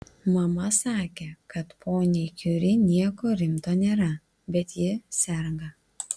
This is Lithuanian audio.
mama sakė kad poniai kiuri nieko rimto nėra bet ji serga